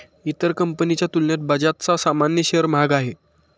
इतर कंपनीच्या तुलनेत बजाजचा सामान्य शेअर महाग आहे